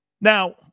Now